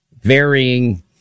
varying